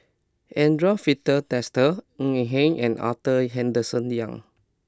Andre Filipe Desker Ng Eng Hen and Arthur Henderson Young